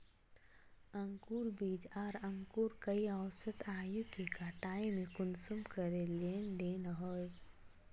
अंकूर बीज आर अंकूर कई औसत आयु के कटाई में कुंसम करे लेन देन होए?